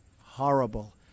horrible